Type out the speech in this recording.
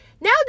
now